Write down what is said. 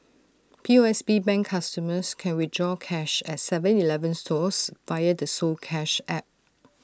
P O S B bank customers can withdraw cash at Seven Eleven stores via the soCash app